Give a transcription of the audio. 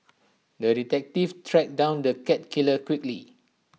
the detective tracked down the cat killer quickly